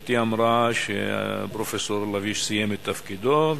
גברתי אמרה שפרופסור לביא סיים את תפקידו,